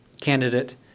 candidate